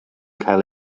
cael